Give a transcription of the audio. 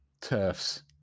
turfs